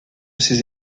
ces